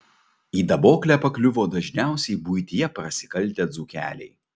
į daboklę pakliuvo dažniausiai buityje prasikaltę dzūkeliai